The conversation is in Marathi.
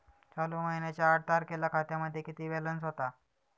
चालू महिन्याच्या आठ तारखेला खात्यामध्ये किती बॅलन्स होता?